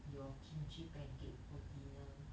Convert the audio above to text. your kimchi pancake for dinner